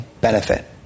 benefit